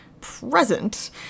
present